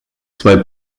zwei